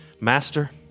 Master